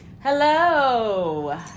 Hello